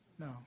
No